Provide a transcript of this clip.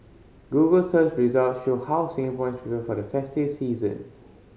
google search results show how Singaporeans prepare for the festive season